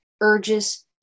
urges